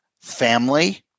family